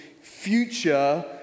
future